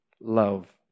love